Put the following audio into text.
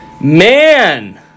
Man